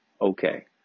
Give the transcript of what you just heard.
okay